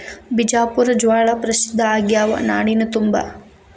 ಬಿಜಾಪುರ ಜ್ವಾಳಾ ಪ್ರಸಿದ್ಧ ಆಗ್ಯಾವ ನಾಡಿನ ತುಂಬಾ